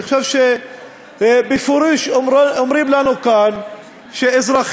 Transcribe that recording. אני חושב שבפירוש אומרים לנו כאן שאזרחים